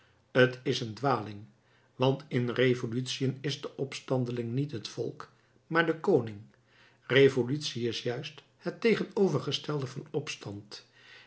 t is een dwaling want in revolutiën is de opstandeling niet het volk maar de koning revolutie is juist het tegenovergestelde van opstand